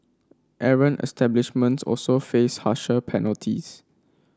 errant establishments also faced harsher penalties